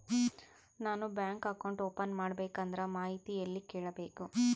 ನಾನು bank account open ಮಾಡಬೇಕಂದ್ರ ಮಾಹಿತಿ ಎಲ್ಲಿ ಕೇಳಬೇಕು?